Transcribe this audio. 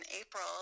April